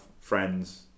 friends